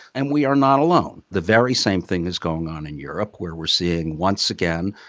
and we are not alone. the very same thing is going on in europe, where we're seeing, once again,